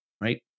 right